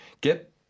get